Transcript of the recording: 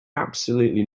absolutely